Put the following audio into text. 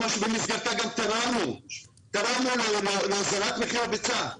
שבמסגרתה גם קראנו להוזלת מחיר הביצה --- מוטי,